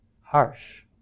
harsh